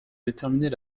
déterminer